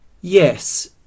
Yes